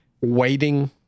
waiting